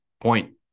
point